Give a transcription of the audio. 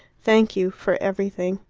thank you for everything.